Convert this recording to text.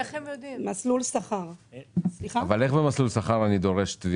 איך במסלול שכר אני דורש?